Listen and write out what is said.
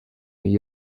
gli